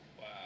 Wow